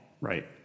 Right